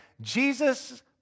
Jesus